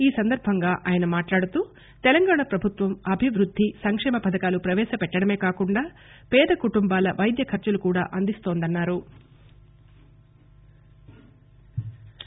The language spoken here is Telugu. ఈ సందర్భంగా ఆయన మాట్లాడుతూ తెలంగాణ ప్రభుత్వం అభివృద్ది సంక్షేమ పథకాలు ప్రవేశపెట్టడమే కాకుండా పేద కుటుంబాల వైద్య ఖర్చులు కూడా అందిస్తుందన్సారు